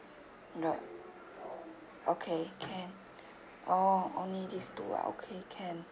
no okay can oh only these two ah okay can